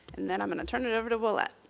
and then i'm going to turn it over to willette.